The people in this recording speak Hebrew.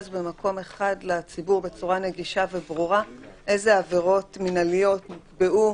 במקום אחד לציבור בצורה נגישה וברורה אילו עבירות מנהליות נקבעו,